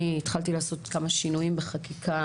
אני התחלתי לעשות כמה שינויים בחקיקה